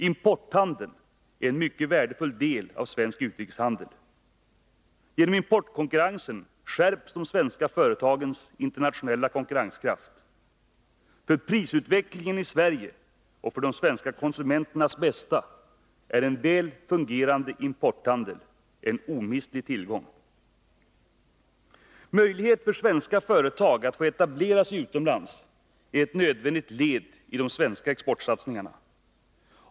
Importhandeln är en mycket värdefull del av svensk utrikeshandel. Genom importkonkurrensen skärps de svenska företagens internationella konkurrenskraft. För prisutvecklingen i Sverige och för de svenska konsumenternas bästa är en väl fungerande importhandel en omistlig tillgång. Möjlighet för svenska företag att få etablera sig utomlands är ett nödvändigt led i de svenska exportsatsningarna.